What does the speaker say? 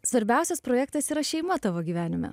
svarbiausias projektas yra šeima tavo gyvenime